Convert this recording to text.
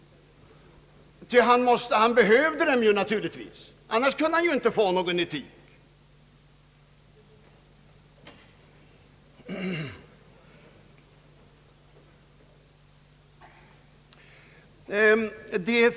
Han behövde dem naturligtvis, ty annars kunde han ju inte skapa någon etik!